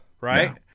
right